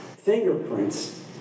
fingerprints